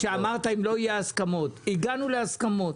הגענו להסכמות,